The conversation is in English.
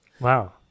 wow